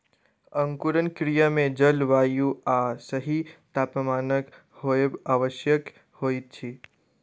अंकुरण क्रिया मे जल, वायु आ सही तापमानक होयब आवश्यक होइत अछि